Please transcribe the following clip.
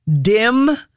dim